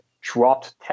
dropped